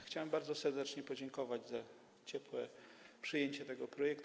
Chciałem bardzo serdecznie podziękować za ciepłe przyjęcie tego projektu.